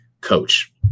coach